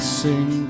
sing